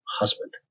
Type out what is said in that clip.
husband